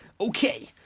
Okay